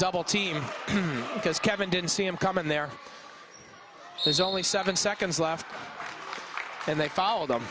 double team because kevin didn't see him coming there there's only seven seconds left and they fall down the